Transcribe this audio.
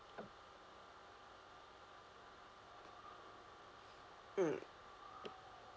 mm